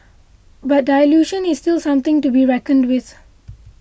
but dilution is still something to be reckoned with